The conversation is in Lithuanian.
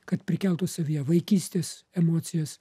kad prikeltų savyje vaikystės emocijas